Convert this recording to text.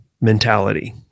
mentality